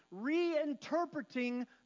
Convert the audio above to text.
reinterpreting